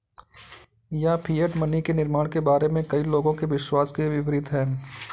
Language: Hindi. यह फिएट मनी के निर्माण के बारे में कई लोगों के विश्वास के विपरीत है